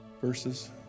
Verses